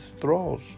thralls